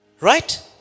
Right